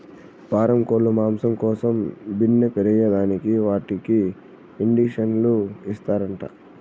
పారం కోల్లు మాంసం కోసం బిన్నే పెరగేదానికి వాటికి ఇండీసన్లు ఇస్తారంట